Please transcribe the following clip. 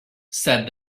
said